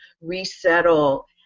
resettle